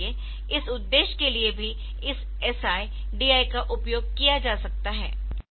इसलिए इस उद्देश्य के लिए भी इस SI DI का उपयोग किया जाता है